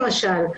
למשל,